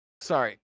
Sorry